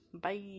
Bye